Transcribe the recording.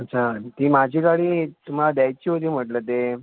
अच्छा ती माझी गाडी तुम्हाला द्यायची होती म्हटलं ते